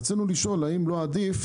רצינו לשאול האם לא עדיף,